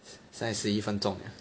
现在十一分钟 liao